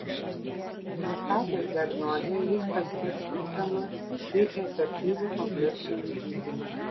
nustatęs diagnozę jis paskirs tinkamą bei efektyvų kompleksinį gydymą